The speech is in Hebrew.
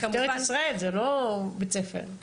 זה משטרת ישראל, זה לא בית ספר.